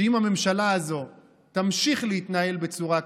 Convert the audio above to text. שאם הממשלה הזו תמשיך להתנהל בצורה כזאת,